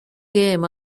game